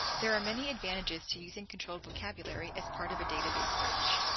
there are many advantages to using controlled vocabulary as part of a database search.